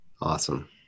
Awesome